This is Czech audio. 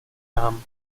nám